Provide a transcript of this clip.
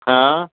हा